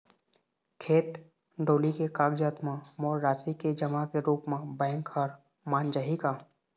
खेत डोली के कागजात म मोर राशि के जमा के रूप म बैंक हर मान जाही का?